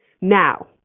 now